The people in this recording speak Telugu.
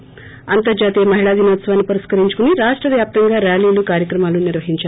ి అంతర్హాతీయ మహిళా దినోత్సవాన్ని పురస్కరించుకుని రాష్టవ్యాప్తంగా ర్యాలీలు కార్యక్రమాలు నిర్వహించారు